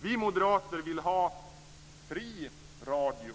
Vi moderater vill ha fri radio.